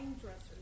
dressers